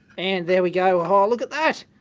and there we go. aww look at that!